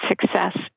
success